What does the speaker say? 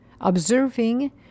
observing